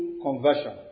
Conversion